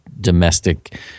domestic